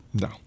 no